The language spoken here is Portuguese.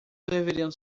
deveriam